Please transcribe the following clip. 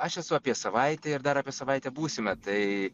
aš esu apie savaitę ir dar apie savaitę būsime tai